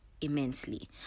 immensely